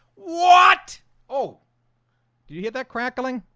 what oh did you hit that crackling?